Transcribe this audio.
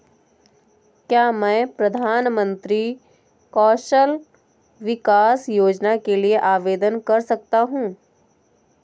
क्या मैं प्रधानमंत्री कौशल विकास योजना के लिए आवेदन कर सकता हूँ?